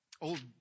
old